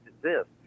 exist